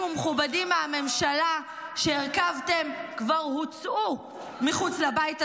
ומכובדים מהממשלה שהרכבתם כבר הוצאו מחוץ לבית הזה.